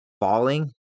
falling